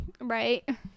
right